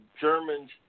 Germans